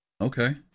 Okay